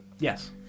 Yes